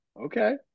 Okay